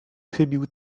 chybił